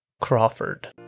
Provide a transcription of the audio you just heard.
Crawford